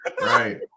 Right